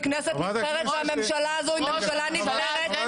כנסת נבחרת והממשלה הזו היא ממשלה נבחרת.